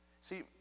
See